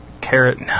carrot